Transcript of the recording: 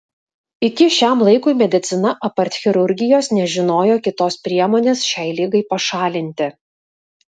iki šiam laikui medicina apart chirurgijos nežinojo kitos priemonės šiai ligai pašalinti